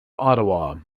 ottawa